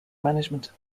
management